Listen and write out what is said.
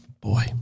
Boy